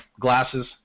glasses